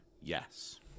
yes